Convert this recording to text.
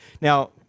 Now